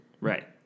Right